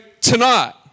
tonight